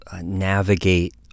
navigate